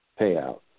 payout